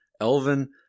Elvin